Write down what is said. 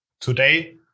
Today